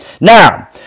Now